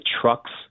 trucks